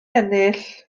ennill